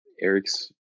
Eric's